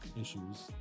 issues